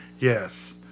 yes